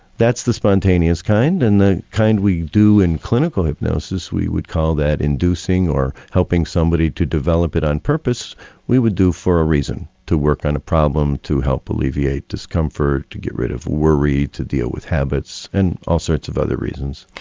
that's the spontaneous kind and the kind we do in clinical hypnosis we would call that inducing or helping somebody to develop it on purpose we would do for a reason to work on a problem to help alleviate discomfort, to get rid of worry, to deal with habits and all sorts of other reasons.